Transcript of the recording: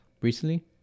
recently